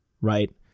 right